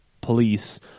police